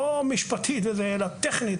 לא משפטית אלא טכנית,